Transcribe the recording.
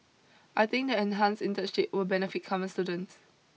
I think the enhanced internship will benefit current students